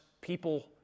people